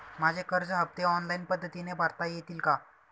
माझे कर्ज हफ्ते ऑनलाईन पद्धतीने भरता येतील का?